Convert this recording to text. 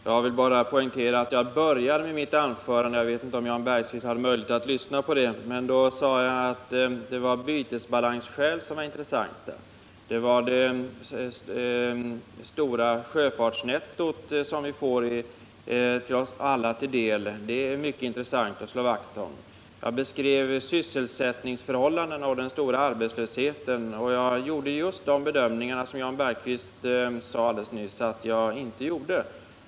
Herr talman! Jag vill bara poängtera att jag började mitt anförande med att säga — jag vet inte om Jan Bergqvist hade möjlighet att lyssna till det — att bytesbalansskälen är intressanta och att det är intressant att slå vakt om det stora sjöfartsnetto som kommer oss alla till del. Jag beskrev sysselsättningsförhållandena och den stora arbetslösheten och gjorde just de bedömningar som Jan Bergqvist nyss sade att jag inte gjorde.